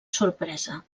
sorpresa